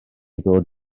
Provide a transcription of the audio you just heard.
ddod